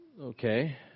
Okay